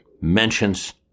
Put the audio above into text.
mentions